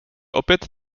opět